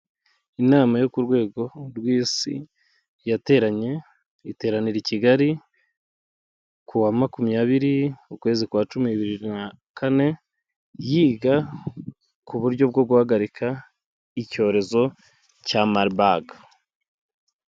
Inama yo ku rwego rw'Isi yateranye iteranira i Kigali, ku wa makumyabiri ukwezi kwa Cumi bibiri na kane, yiga ku buryo bwo guhagarika icyorezo cya Marbug.